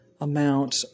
amount